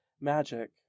magic